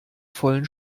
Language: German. vollen